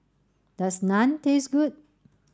does Naan taste good